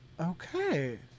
Okay